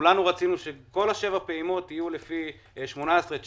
כולנו רצינו שכל שבע הפעימות יהיו לפי 18',19',